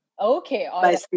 Okay